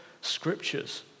scriptures